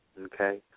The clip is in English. Okay